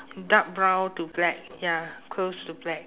dark brown to black ya close to black